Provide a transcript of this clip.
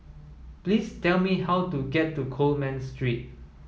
please tell me how to get to Coleman Street